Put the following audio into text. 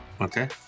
okay